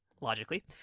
Logically